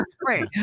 great